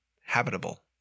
habitable